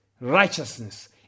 righteousness